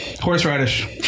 Horseradish